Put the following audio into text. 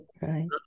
right